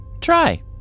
Try